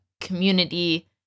community